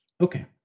Okay